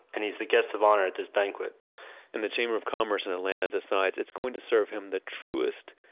and he's the guest of honor at this banquet and the chamber of commerce in atlanta decides it's going to serve him the truest,